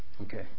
okay